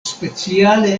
speciale